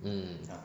mm